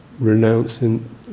renouncing